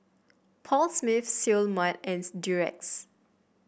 Paul Smith Seoul Mart and Durex